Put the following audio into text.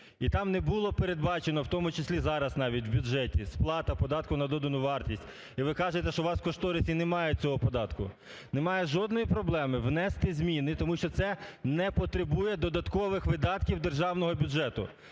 і там не було передбачено в тому числі зараз навіть в бюджеті сплата податку на додану вартість, і ви кажете, що у вас в кошторисі немає цього податку, немає жодної проблеми внести зміни, тому що це не потребує додаткових видатків державного бюджету.